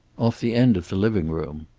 off the end of the living-room.